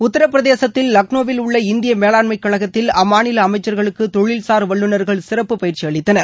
உத்தரப்பிரதேசத்தில் லக்னோவில் உள்ள இந்திய மேலாண்மைக் கழகத்தில் அம்மாநில அமைச்சர்களுக்கு தொழில்சார் வல்லுநர்கள் சிறப்பு பயிற்சி அளித்தனர்